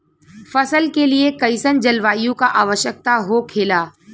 फसल के लिए कईसन जलवायु का आवश्यकता हो खेला?